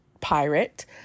pirate